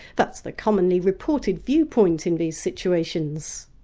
that's the commonly reported viewpoint in these situations.